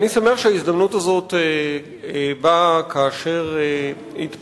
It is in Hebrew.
בכל אופן אני שמח שההזדמנות הזאת באה כאשר התפרסמו